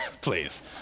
please